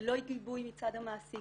ללא גיבוי מצד המעסיק,